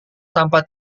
tanpa